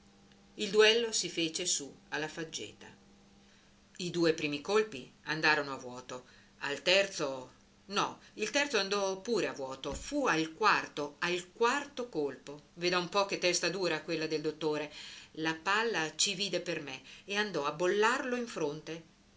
il duello si fece su alla faggeta i due primi colpi andarono a vuoto al terzo no il terzo andò pure a vuoto fu il quarto al quarto colpo veda un po che testa dura quella del dottore la palla ci vide per me e andò a bollarlo in fronte